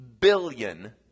billion